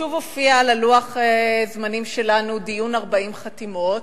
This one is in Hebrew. שוב הופיע על לוח הזמנים שלנו דיון 40 חתימות.